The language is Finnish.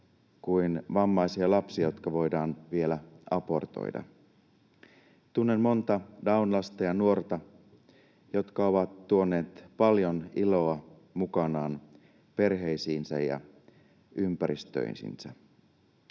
kuin vammaisia lapsia, jotka voidaan vielä abortoida. Tunnen monta Down-lasta ja ‑nuorta, jotka ovat tuoneet paljon iloa mukanaan perheisiinsä ja ympäristöihinsä.